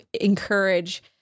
encourage